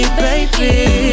baby